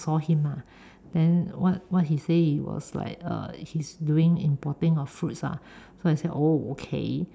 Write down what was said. saw him lah then what what he say he was like err he's doing importing of fruits lah so I said oh okay